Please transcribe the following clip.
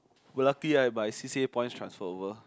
but lucky right my c_c_a points transfer over